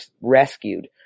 rescued